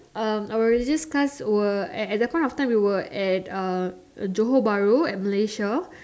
um our religious class were at at that point of time we were at uh Johor-Bahru Malaysia